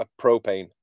propane